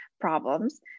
problems